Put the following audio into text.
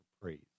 praise